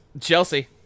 Chelsea